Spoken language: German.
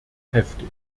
heftig